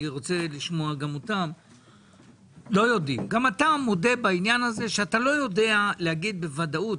גם אתה מודע בעניין הזה ואומר שאתה לא יודע להגיד בוודאות.